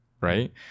right